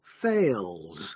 fails